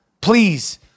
Please